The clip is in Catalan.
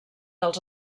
dels